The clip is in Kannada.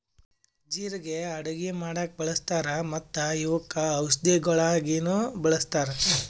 ಜೀರಿಗೆ ಅಡುಗಿ ಮಾಡಾಗ್ ಬಳ್ಸತಾರ್ ಮತ್ತ ಇವುಕ್ ಔಷದಿಗೊಳಾಗಿನು ಬಳಸ್ತಾರ್